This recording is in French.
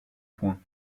point